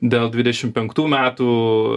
dėl dvidešimt penktų metų